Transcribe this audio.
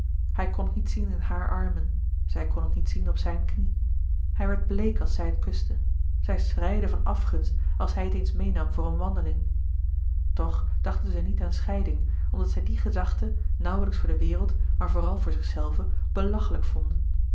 hij kon het niet zien in hare armen zij kon het niet zien op zijn knie hij werd bleek als zij het kuste zij schreide van afgunst als hij het eens meênam voor eene wandeling toch dachten zij niet aan scheiding omdat zij die gedachte nauwlijks voor de wereld maar vooral voor zichzelve belachelijk vonden